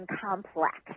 complex